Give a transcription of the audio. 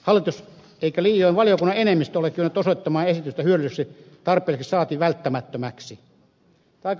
hallitus eikä liioin valiokunnan enemmistö ole kyennyt osoittamaan esitystä hyödylliseksi tarpeelliseksi saati välttämättömäksi